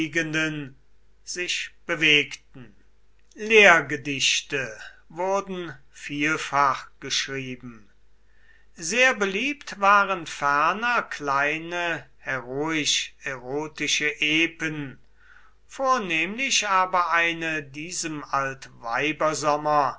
sich bewegten lehrgedichte wurden vielfach geschrieben sehr beliebt waren ferner kleine heroisch erotische epen vornehmlich aber eine diesem altweibersommer